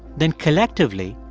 then collectively,